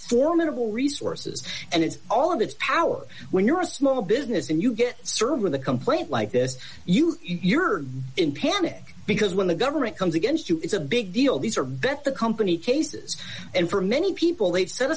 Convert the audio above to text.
formidable resources and its all of its power when you're a small business and you get served with a complaint like this you you're in panic because when the government comes against you it's a big deal these are bet the company cases and for many people late se